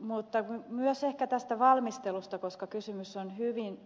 mutta on tarpeen kertoa myös ehkä tästä valmistelusta koska kysymys on hyvin